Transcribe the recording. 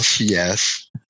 yes